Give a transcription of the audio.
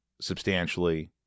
substantially